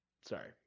Sorry